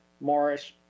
Morris